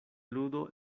ludo